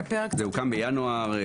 הוקדם בינואר.